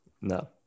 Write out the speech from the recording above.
No